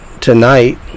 tonight